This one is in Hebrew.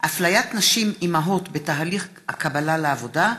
אפליית נשים אימהות בתהליך הקבלה לעבודה.